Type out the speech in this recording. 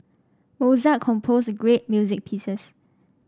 Mozart composed great music pieces